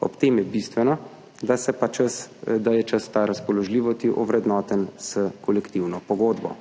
Ob tem je bistveno, da je ta čas razpoložljivosti ovrednoten s kolektivno pogodbo.